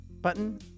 button